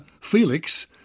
Felix